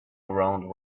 around